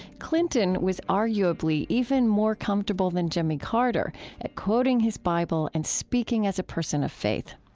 clinton was arguably even more comfortable than jimmy carter at quoting his bible and speaking as a person of faith.